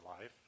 life